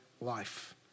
life